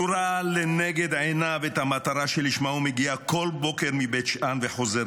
הוא ראה לנגד עיניו את המטרה שלשמה הוא מגיע בכל בוקר מבית שאן וחוזר